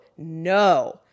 No